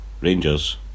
Rangers